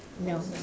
no